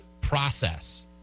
process